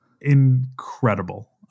Incredible